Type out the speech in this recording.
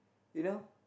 you know